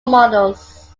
models